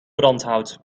brandhout